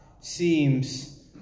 seems